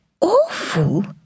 awful